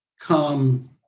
come